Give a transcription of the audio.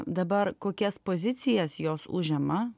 dabar kokias pozicijas jos užima